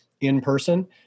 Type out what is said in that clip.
in-person